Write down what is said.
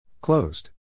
Closed